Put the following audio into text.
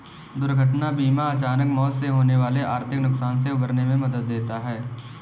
दुर्घटना बीमा अचानक मौत से होने वाले आर्थिक नुकसान से उबरने में मदद देता है